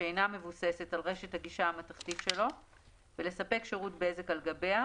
שאינה מבוססת על רשת הגישה המתכתית שלו ולספק שירות בזק על גביה,